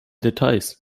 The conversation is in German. details